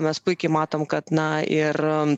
mes puikiai matom kad na ir